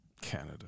Canada